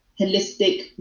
Holistic